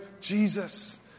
Jesus